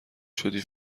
شدی